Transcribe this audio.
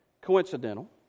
coincidental